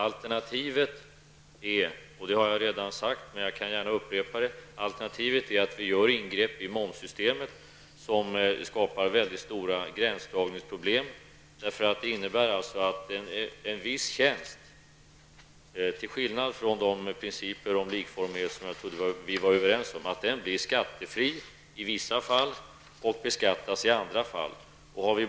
Alternativet är -- det har jag redan sagt men jag kan gärna upprepa det -- att vi gör ingrepp i momssystemet, som skulle skapa väldigt stora gränsdragningsproblem. Det skulle alltså innebära att vissa tjänster, till skillnad från de principer om likformighet som jag trodde att vi var överens om, blir skattefria i vissa fall och beskattas i andra fall.